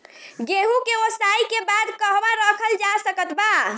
गेहूँ के ओसाई के बाद कहवा रखल जा सकत बा?